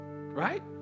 Right